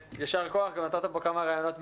יישר כוח, נתת פה גם רעיונות מעניינים,